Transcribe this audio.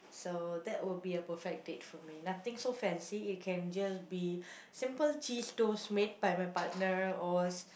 so that would be a perfect date for me nothing so fancy it can just be simple cheese toast made by my partner or